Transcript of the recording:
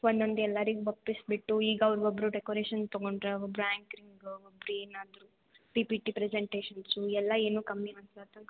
ಒಂದೊಂದು ಎಲ್ಲರಿಗೂ ಒಪ್ಪಿಸಿಬಿಟ್ಟು ಈಗ ಅವ್ರು ಒಬ್ಬರು ಡೆಕೋರೇಷನ್ ತೊಗೊಂಡರೆ ಒಬ್ರು ಆ್ಯಂಕ್ರಿಂಗ್ ಒಬ್ಬರು ಏನಾದರು ಪಿ ಪಿ ಟಿ ಪ್ರೆಸೆಂಟೇಷನ್ಸು ಎಲ್ಲ ಏನೂ ಕಮ್ಮಿ ಆಗ್ಲಾರ್ದಂಗೆ